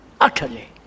utterly